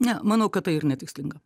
ne manau kad tai ir netikslinga